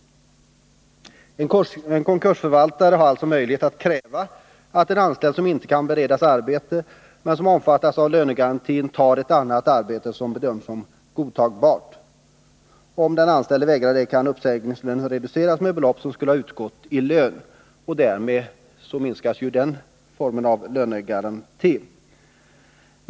En konkursförvaltare har alltså möjlighet att kräva att en anställd, som inte kan beredas arbete men som omfattas av lönegarantin, tar annat arbete som bedöms som godtagbart. Om den anställde vägrar att göra det kan uppsägningslönen reduceras med belopp som skulle ha utgått i lön. Därmed minskas ju den formen av lönegaranti.